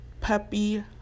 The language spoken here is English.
puppy